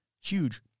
huge